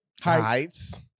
Heights